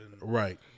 Right